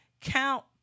count